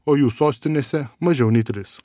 o jų sostinėse mažiau nei tris